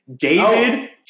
David